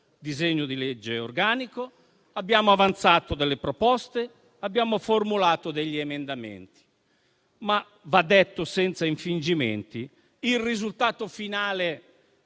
disegno di legge organico, abbiamo avanzato proposte e formulato emendamenti, ma va detto senza infingimenti che il risultato finale